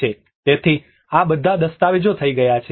તેથી આ બધા દસ્તાવેજો થઈ ગયા છે